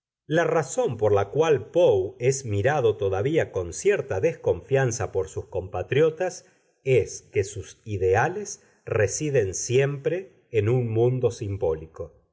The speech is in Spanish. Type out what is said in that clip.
la razón por la cual poe es mirado todavía con cierta desconfianza por sus compatriotas es que sus ideales residen siempre en un mundo simbólico